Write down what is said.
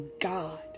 God